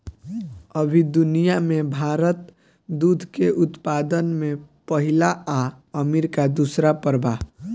अभी दुनिया में भारत दूध के उत्पादन में पहिला आ अमरीका दूसर पर बा